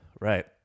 Right